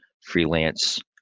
freelance